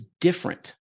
different